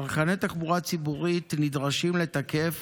צרכני תחבורה ציבורית נדרשים לתקף